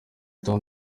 tom